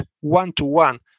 one-to-one